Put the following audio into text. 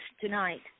tonight